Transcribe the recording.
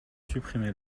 supprimez